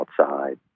outside